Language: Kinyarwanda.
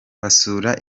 basura